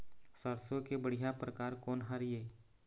सरसों के बढ़िया परकार कोन हर ये?